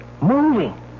Moving